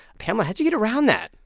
pamela, how'd you get around that?